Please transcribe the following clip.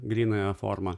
grynąją formą